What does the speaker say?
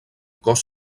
cos